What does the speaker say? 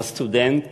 לסטודנט